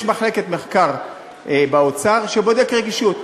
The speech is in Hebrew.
יש מחלקת מחקר באוצר שבודקת רגישות,